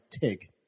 TIG